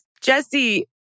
Jesse